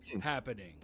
happening